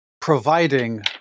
providing